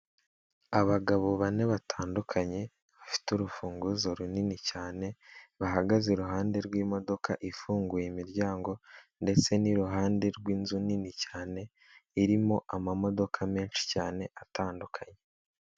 Abagabo bane batandukanye bafite urufunguzo runini cyane, bahagaze iruhande rw'imodoka ifunguye imiryango ndetse n'iruhande rw'inzu nini cyane irimo amamodoka menshi cyane atandukanye.